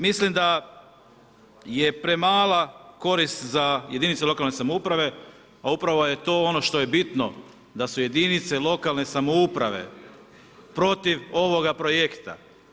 Mislim da je premala korist za jedinice lokalne samouprave a upravo je to ono što je bitno, da su jedinice lokalne samouprave protiv ovoga projekta.